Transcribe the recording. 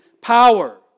power